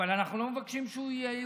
אבל אנחנו לא מבקשים שיהיה יהודי,